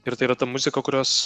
ir tai yra ta muzika kurios